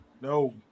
No